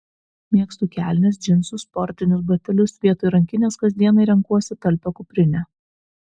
mėgstu kelnes džinsus sportinius batelius vietoj rankinės kasdienai renkuosi talpią kuprinę